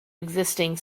existing